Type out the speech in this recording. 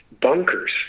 bunkers